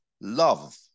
love